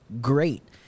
great